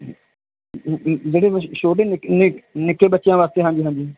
ਜਿਹੜੇ ਛੋਟੇ ਨਿੱਕੇ ਬੱਚਿਆਂ ਵਾਸਤੇ ਹਾਂਜੀ ਹਾਂਜੀ